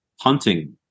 hunting